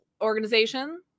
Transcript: organization